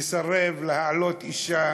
יסרב להעלות אישה